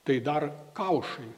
tai dar kaušai